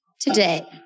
today